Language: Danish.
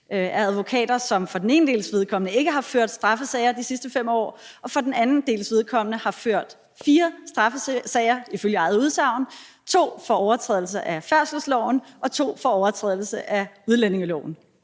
skal føres – for den enes vedkommende ikke har ført straffesager de sidste 5 år og for den andens vedkommende ifølge eget udsagn har ført 4 straffesager; 2 for overtrædelse af færdselsloven og 2 for overtrædelse af udlændingeloven?